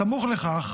בסמוך לכך